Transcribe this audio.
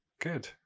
Good